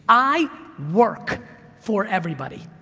i work for everybody.